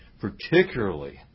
particularly